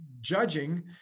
judging